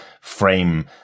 frame